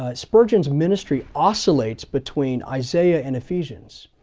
ah spurgeon's ministry oscillates between isaiah and ephesians.